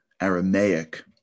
Aramaic